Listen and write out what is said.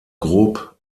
grob